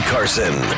Carson